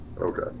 Okay